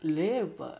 label